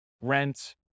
rent